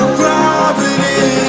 gravity